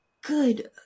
good